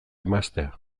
emaztea